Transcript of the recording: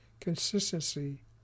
consistency